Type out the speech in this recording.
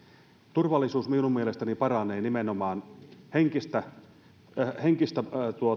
turvallisuus minun mielestäni paranee nimenomaan henkistä henkistä